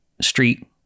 street